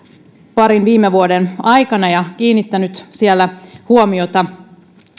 parin viime vuoden aikana ja kiinnittänyt siellä huomiota